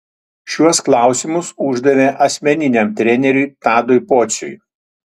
šiuos klausimus uždavė asmeniniam treneriui tadui pociui